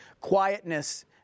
quietness